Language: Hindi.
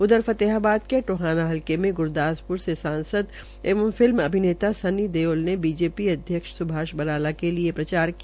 उधर फतेहाबाद के टोहाना हलके में ग्रदास प्र के सांसद एवं फिल्म अभिनेता सनी देओल ने बीजेपी अध्यक्ष स्भाष बराला के लिए प्रचार किया